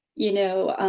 you know,